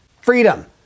freedom